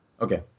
Okay